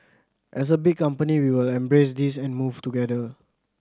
as a big company we will embrace this and move together